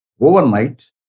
Overnight